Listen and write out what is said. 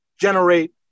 generate